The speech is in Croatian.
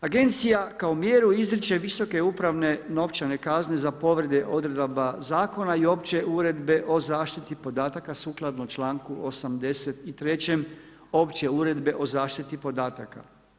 Agencija kao mjeru izriče visoke upravne novčane kazne za povrede odredaba zakona i opće uredbe o zaštiti podataka sukladno članku 83. opće uredbe o zaštiti podataka.